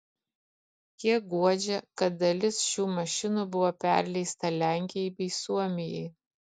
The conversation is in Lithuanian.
kiek guodžia kad dalis šių mašinų buvo perleista lenkijai bei suomijai